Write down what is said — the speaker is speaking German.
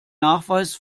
nachweis